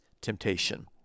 temptation